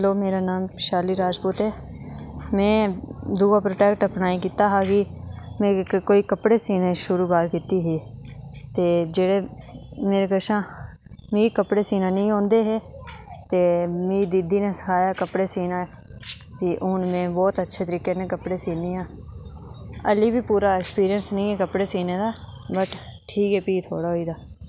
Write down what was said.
hello मेरा नांऽ वैशाली राजपूत ऐ में दूआ प्रोजेक्ट अपना एह् कीता हा की मेरी इक कोई कपड़े सीने दी शुरूआत कीती ही ते जेह्ड़े मेरे कशा मिगी कपड़े सीना निं ही औंदे हे ते मिगी दीदी नै सखाया कपड़े सीना ते हून में बहुत अच्छे तरीके कन्नै कपड़े सीन्नी आं हाल्ली बी पूरा एक्सपिरियंस नेईं कपड़े सीने दा बाकी ठीक ऐ भी थोह्ड़ा होए दा